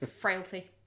Frailty